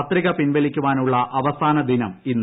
പത്രിക പിൻവലിയ്ക്കാനുള്ള അവസാനദിനം ഇന്ന്